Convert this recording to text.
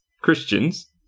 Christians